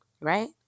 right